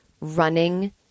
running